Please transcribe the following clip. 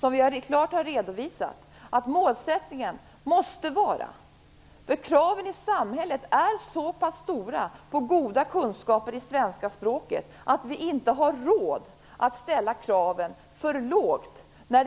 Som vi klart har redovisat är kraven i samhället på goda kunskaper i svenska språket så höga att vi inte har råd att ställa kraven för lågt för